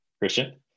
Christian